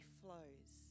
flows